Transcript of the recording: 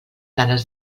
ganes